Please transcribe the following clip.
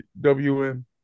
WM